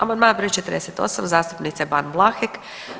Amandman br. 48. zastupnice Ban Vlahek.